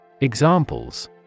Examples